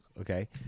okay